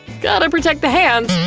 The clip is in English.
gotta protect the hands!